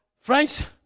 Friends